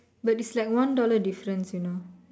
but it's like one dollar difference you know